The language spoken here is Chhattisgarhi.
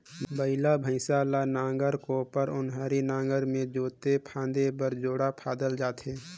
बइला भइसा ल नांगर, कोपर, ओन्हारी नागर मे जोते फादे घनी जोड़ा फादल जाथे